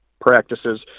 practices